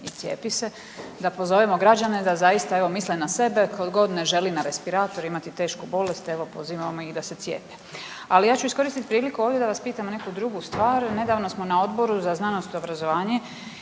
i cijepi se“ da pozovemo građane da zaista evo misle na sebe tko god ne želi na respirator, imati tešku bolest, evo pozivamo ih da se cijepe. Ali ja ću iskoristiti priliku ovdje da vas pitam neku drugu stvar. Nedavno smo na Odboru za znanost i obrazovanje